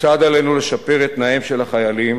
כיצד עלינו לשפר את תנאיהם של החיילים